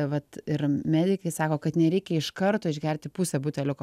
vat ir medikai sako kad nereikia iš karto išgerti pusę buteliuko